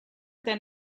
then